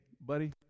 buddy